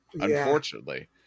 unfortunately